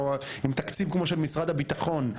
שהוא עם תקציב כמו משרד הבטחון,